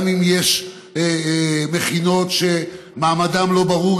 גם אם יש מכינות שמעמדן לא ברור,